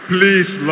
Please